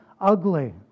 ugly